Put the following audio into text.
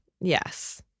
yes